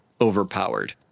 overpowered